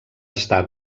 estar